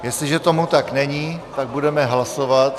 Jestliže tomu tak není, tak budeme hlasovat.